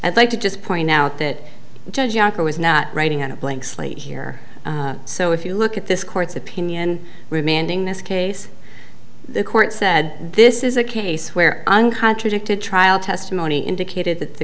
i'd like to just point out that judge is not writing in a blank slate here so if you look at this court's opinion remanding this case the court said this is a case where uncontradicted trial testimony indicated that the